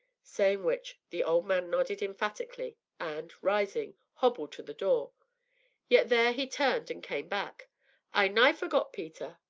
saying which, the old man nodded emphatically and, rising, hobbled to the door yet there he turned and came back i nigh forgot, peter,